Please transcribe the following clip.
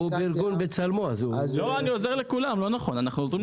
אנחנו עוזרים לכולם.